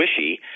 squishy